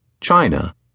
China